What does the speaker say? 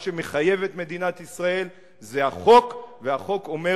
מה שמחייב את מדינת ישראל זה החוק, והחוק אומר